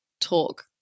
talk